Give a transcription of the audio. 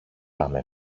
πάμε